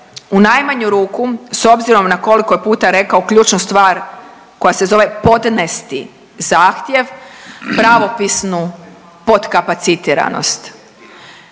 u najmanju ruku s obzirom na koliko je puta rekao ključnu stvar koja se zove „podnesti zahtjev“ i „pravopisnu potkapacitiranost“.